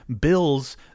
bills